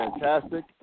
fantastic